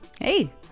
Hey